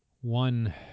one